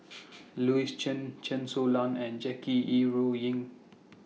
Louis Chen Chen Su Lan and Jackie Yi Ru Ying